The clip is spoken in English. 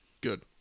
Good